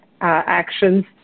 actions